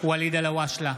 ואליד אלהואשלה,